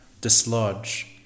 dislodge